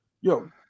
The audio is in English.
yo